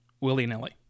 willy-nilly